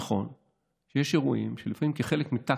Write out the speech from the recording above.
נכון שיש אירועים שבהם לפעמים, כחלק מטקטיקה,